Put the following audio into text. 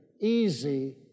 easy